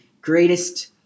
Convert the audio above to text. Greatest